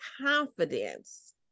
confidence